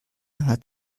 hat